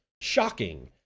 Shocking